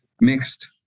mixed